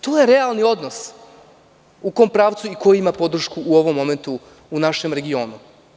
To je realni odnos u kom pravcu i ko ima podršku u ovom momentu u našem regionu.